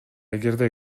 эгерде